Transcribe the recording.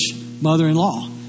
mother-in-law